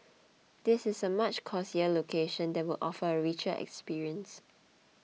this is a much cosier location that will offer a richer experience